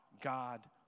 God